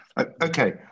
okay